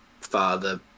father